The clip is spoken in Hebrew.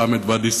פעם את ואדי-סאליב,